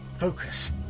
focus